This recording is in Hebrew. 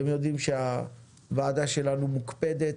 אתם יודעים שהוועדה שלנו מוקפדת